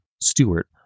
Stewart